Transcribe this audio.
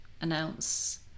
announce